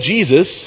Jesus